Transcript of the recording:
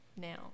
now